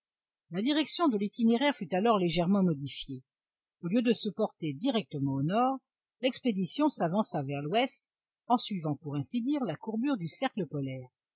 la direction de l'itinéraire fut alors légèrement modifiée au lieu de se porter directement au nord l'expédition s'avança vers l'ouest en suivant pour ainsi dire la courbure du cercle polaire